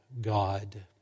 God